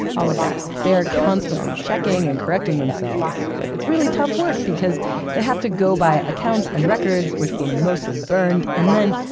all of that they are constantly checking and correcting themselves, but it's really tough work because they have to go by accounts and records which were mostly burned. and then,